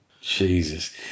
Jesus